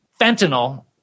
fentanyl